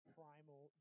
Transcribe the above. Primal